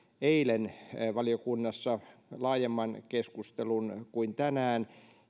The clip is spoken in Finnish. valiokunnassa eilen laajemman keskustelun kuin tänään